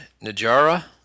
Najara